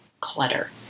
clutter